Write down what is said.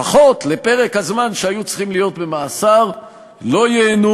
לפחות בפרק הזמן שהם היו צריכים להיות במאסר הם לא ייהנו